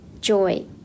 joy